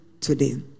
today